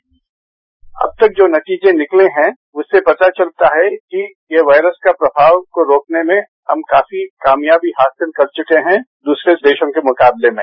bite अब तक जो नतीजे निकले है उससे पता चलता है कि यह वायरस का प्रभाव को रोकने में हम काफी कामयाबी हासिल कर चुके हैं दूसरे देशों के मुकाबले में